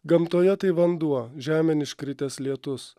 gamtoje tai vanduo žemėn iškritęs lietus